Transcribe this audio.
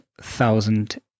thousand